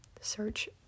search